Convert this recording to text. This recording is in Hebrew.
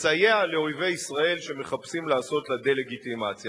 מסייע לאויבי ישראל שמחפשים לעשות לה דה-לגיטימציה.